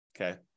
okay